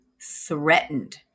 threatened